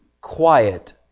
quiet